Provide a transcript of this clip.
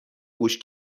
گوش